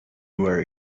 were